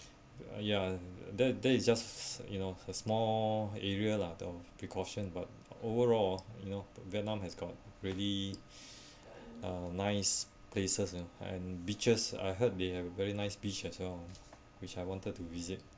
ya that that is just you know a small area lah the precaution but overall you know vietnam has got really uh nice places and and beaches I heard they have very nice beach as well which I wanted to visit